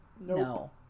No